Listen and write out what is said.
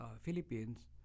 Philippines